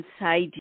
inside